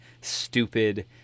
stupid